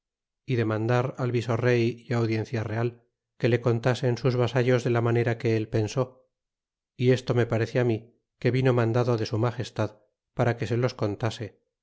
y demandar al visorrey y audiencia real que le contasen sus vasallos de la manera que él pensó y esto me parece á mí que vino mandado de su magestad para que se los contase